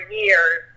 years